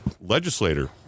legislator